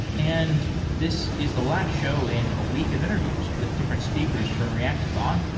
and this is the last show in a week of interviews with different speakers from reactathon.